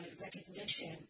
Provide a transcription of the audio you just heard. recognition